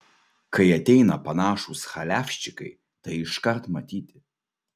kai ateina panašūs chaliavščikai tai iškart matyti